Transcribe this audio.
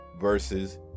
versus